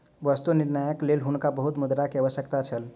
वस्तु निर्माणक लेल हुनका बहुत मुद्रा के आवश्यकता छल